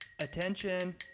Attention